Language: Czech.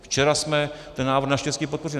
Včera jsme ten návrh naštěstí podpořili.